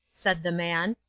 said the man.